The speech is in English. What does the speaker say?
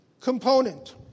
component